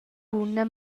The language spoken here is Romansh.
buna